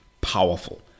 powerful